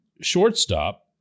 shortstop